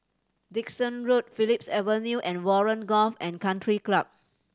Dyson Road Phillips Avenue and Warren Golf and Country Club